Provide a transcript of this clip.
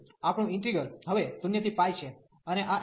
તેથી આપણું ઈન્ટિગ્રલ હવે 0 થી π છે